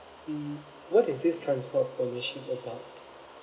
mm what is this transfer of ownership about